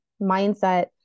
mindset